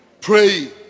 Pray